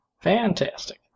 fantastic